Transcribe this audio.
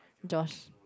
Josh